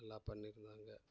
நல்லா பண்ணியிருந்தாங்க